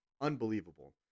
unbelievable